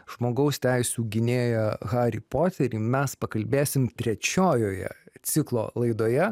žmogaus teisių gynėją harį poterį mes pakalbėsim trečiojoje ciklo laidoje